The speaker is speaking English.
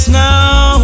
now